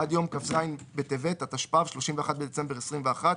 עד יום כ"ז בטבת התשפ"ב (31 בדצמבר 2021),